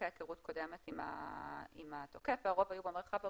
היכרות קודמת עם התוקף והרוב היו במרחב הפרטי,